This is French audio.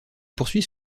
poursuit